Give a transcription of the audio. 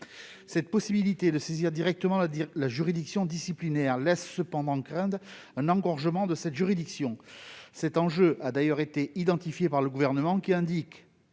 telle possibilité de saisir directement la juridiction disciplinaire laisse craindre un engorgement de cette juridiction. La question a d'ailleurs été identifiée par le Gouvernement qui indique,